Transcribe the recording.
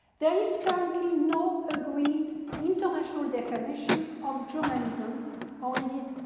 there is currently no agreed international definition of journalism or indeed,